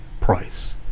price